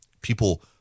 people